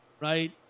right